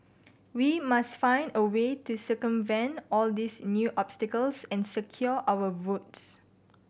we must find a way to circumvent all these new obstacles and secure our votes